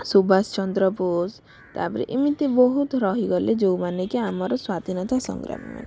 ସୁବାଷ ଚନ୍ଦ୍ର ବୋଷ ତାପରେ ଏମିତି ବହୁତ ରହିଗଲେ ଯେଉଁମାନେ କି ଆମର ସ୍ୱାଧୀନତା ସଂଗ୍ରାମୀମାନେ